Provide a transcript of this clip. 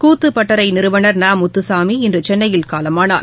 கூத்துப்பட்டறைநிறுவனர் ந முத்துசாமி இன்றுசென்னையில் காலமானார்